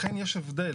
לכן יש הבדל